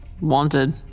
wanted